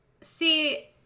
See